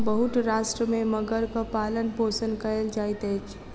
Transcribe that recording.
बहुत राष्ट्र में मगरक पालनपोषण कयल जाइत अछि